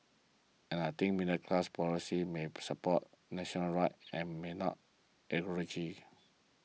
and I think middle class politics may support national and may not